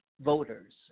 voters